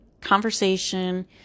conversation